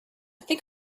think